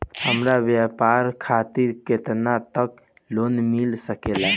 हमरा व्यापार खातिर केतना तक लोन मिल सकेला?